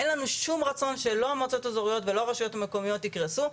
אין לנו שום רצון שלא המועצות האיזוריות ולא הרשויות המקומיות יקרסו.